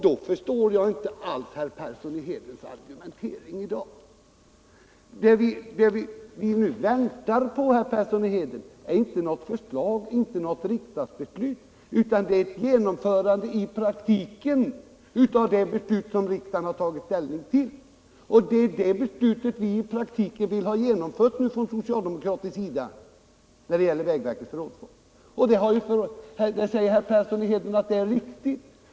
Då förstår jag inte alls herr Perssons argumentering i dag. Det vi väntar på, herr Persson, är inte något förslag, inte något riksdagsbeslut, utan det är ett genomförande i praktiken av det beslut som riksdagen fattat. Det är det beslutet vi i praktiken vill ha genomfört nu från socialdemokratisk sida när det gäller vägverkets förrådsfond. Herr Persson säger också att detta är riktigt.